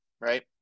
right